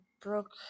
broke